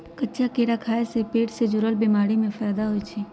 कच्चा केरा खाय से पेट से जुरल बीमारी में फायदा होई छई